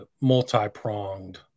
multi-pronged